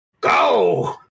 go